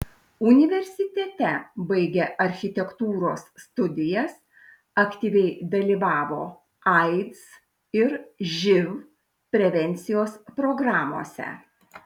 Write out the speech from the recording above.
universitete baigė architektūros studijas aktyviai dalyvavo aids ir živ prevencijos programose